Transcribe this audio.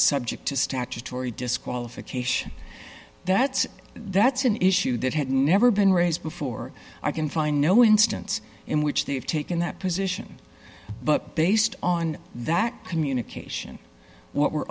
subject to statutory disqualification that's that's an issue that had never been raised before i can find no instance in which they've taken that position but based on that communication what we're